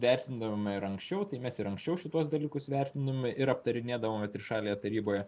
vertindavome ir anksčiau tai mes ir anksčiau šituos dalykus vertinome ir aptarinėdavome trišalėje taryboje